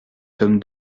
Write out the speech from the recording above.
tome